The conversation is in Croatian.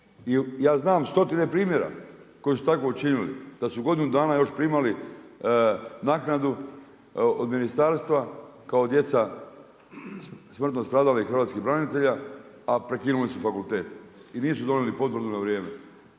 Ja znam stotine primjera koji su tako učinili, da su godinu dana još primali naknadu od ministarstva kao djeca smrtno stradalih hrvatskih branitelja, a prekinuli su fakultet i nisu donijeli potvrdu na vrijeme